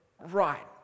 right